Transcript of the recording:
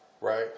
right